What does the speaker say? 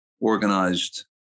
organized